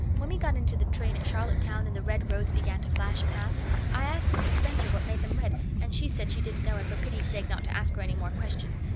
when we got into the train at charlottetown and the red roads began to flash past i asked mrs. spencer what made them red and she said she didn't know and for pity's sake not to ask her any more questions.